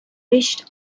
wished